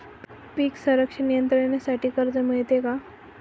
पीक संरक्षण यंत्रणेसाठी कर्ज मिळते का?